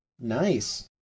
Nice